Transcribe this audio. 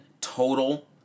total